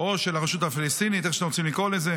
או של הרשות הפלסטינית, איך שאתם רוצים לקרוא לזה,